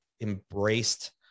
embraced